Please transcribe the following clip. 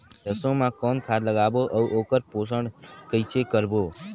सरसो मा कौन खाद लगाबो अउ ओकर पोषण कइसे करबो?